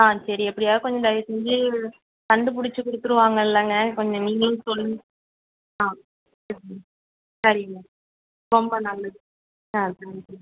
ஆ சரி எப்படியாது கொஞ்சம் தயவுசெஞ்சு கண்டுபுடிச்சு கொடுத்துருவாங்க இல்லைங்க கொஞ்சம் நீங்களும் சொல்லுங்க ஆ சரிங்க சரிங்க ரொம்ப நல்லது ஆ தேங்க்யூ